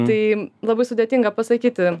tai labai sudėtinga pasakyti